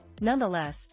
Nonetheless